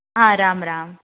Ram Ram